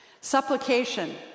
Supplication